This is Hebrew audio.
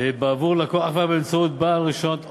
בעבור לקוח באמצעות בעל רישיונות,